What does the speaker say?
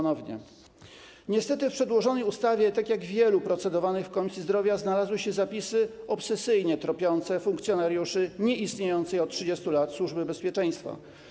Niestety w przedłożonej ustawie, tak jak w wielu procedowanych w Komisji Zdrowia, znalazły się zapisy obsesyjnie tropiące funkcjonariuszy nieistniejącej od 30 lat Służby Bezpieczeństwa.